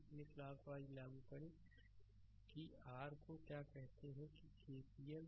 इसलिए क्लॉकवाइज लागू करें कि r को क्या कहते हैं कि केसीएल